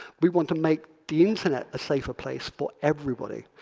we want to make the internet a safer place for everybody.